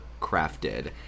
crafted